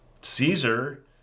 Caesar